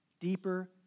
deeper